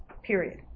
period